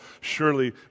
surely